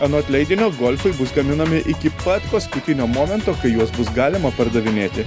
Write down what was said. anot leidinio golfai bus gaminami iki pat paskutinio momento kai juos bus galima pardavinėti